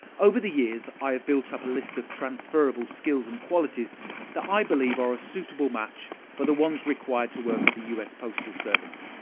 over the years, i have built up a list of transferrable skills and qualities that i believe are a suitable match for the ones required to work at the us postal service.